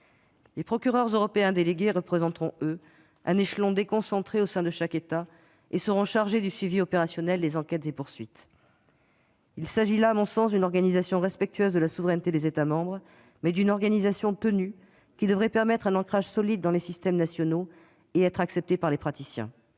Les procureurs européens délégués (PED) représenteront, quant à eux, un échelon déconcentré au sein de chaque État et seront chargés du suivi opérationnel des enquêtes et des poursuites. Il s'agit là, à mon sens, d'une organisation respectueuse de la souveraineté des États membres, qui devrait permettre un ancrage solide dans les systèmes nationaux et être acceptée par les praticiens.